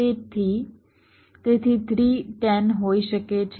તેથી તેથી 3 10 હોઈ શકે છે